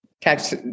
tax